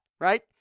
right